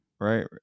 Right